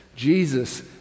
Jesus